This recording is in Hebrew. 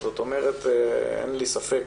זאת אומרת אין לי ספק